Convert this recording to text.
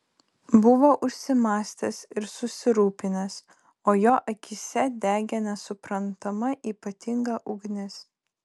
buvo užsimąstęs ir susirūpinęs o jo akyse degė nesuprantama ypatinga ugnis